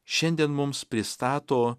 šiandien mums pristato